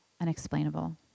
unexplainable